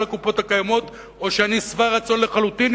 הקופות הקיימות או שאני שבע רצון לחלוטין,